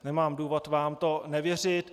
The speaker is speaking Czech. Nemám důvod vám to nevěřit.